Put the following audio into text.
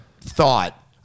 thought